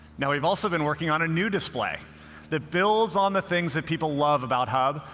now, we've also been working on a new display that builds on the things that people love about hub,